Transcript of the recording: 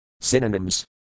Synonyms